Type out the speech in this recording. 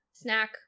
Snack